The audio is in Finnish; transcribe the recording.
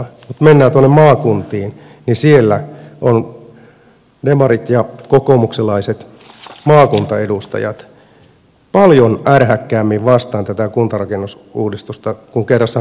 mutta kun mennään tuonne maakuntiin niin siellä ovat demarit ja kokoomuslaiset maakuntaedustajat paljon ärhäkkäämmin tätä kuntarakenneuudistusta vastaan kuin kerrassaan perussuomalaiset täällä suuressa salissa